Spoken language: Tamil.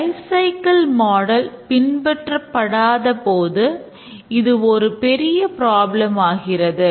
லைப் சைக்கிள் மாடல் ஆகிறது